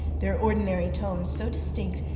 their ordinary tones, so distinct,